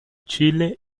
chile